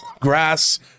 grass